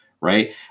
Right